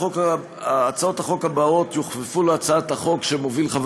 הצעות החוק הבאות יוכפפו להצעת החוק שמוביל חבר